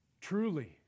Truly